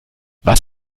was